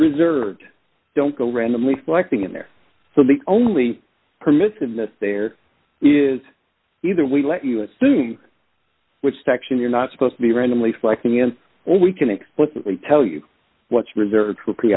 reserved don't go randomly selecting in there so the only permits in that there is either we let you assume which section you're not supposed to be randomly selecting in or we can explicitly tell you what's reserved for pre